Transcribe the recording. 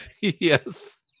Yes